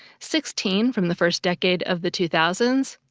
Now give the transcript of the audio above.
sixteen from the first decade of the two thousand